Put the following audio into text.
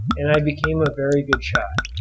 and i became a very good shot.